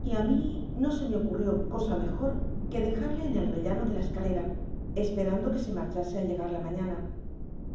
y a mí no se me ocurrió cosa mejor que dejarle en el rellano de la escalera esperando que se marchase al llegar la mañana